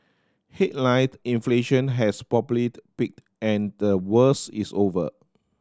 headline inflation has probably peaked and the worst is over